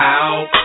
out